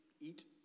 eat